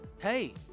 Hey